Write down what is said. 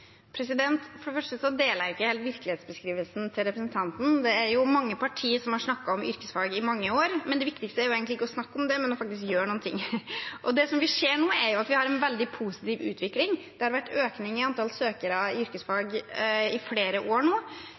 For det første deler jeg ikke helt virkelighetsbeskrivelsen til representanten Knutsdatter Strand. Det er mange partier som har snakket om yrkesfag i mange år, men det viktigste er egentlig ikke å snakke om det, men faktisk å gjøre noe, og det vi ser nå, er at vi har en veldig positiv utvikling. Det har vært en økning i antall søkere til yrkesfag i flere år nå,